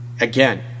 Again